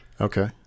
okay